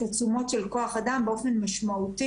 את התשומות של כוח האדם באופן משמעותי,